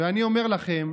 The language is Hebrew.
ואני אומר לכם: